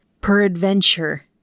peradventure